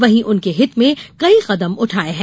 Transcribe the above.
वहीं उनके हित में कई कदम उठाये हैं